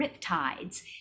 riptides